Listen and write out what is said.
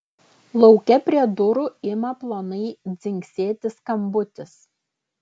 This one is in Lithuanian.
lauke prie durų ima plonai dzingsėti skambutis